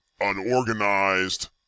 unorganized